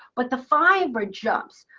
but the fiber jumps.